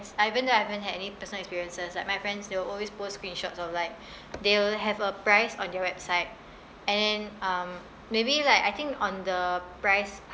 even though I haven't had any personal experiences like my friends they'll always post screenshots of like they will have a price on their website and then um maybe like I think on the price